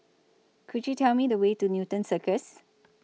Could YOU Tell Me The Way to Newton Cirus